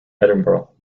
edinburgh